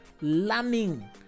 learning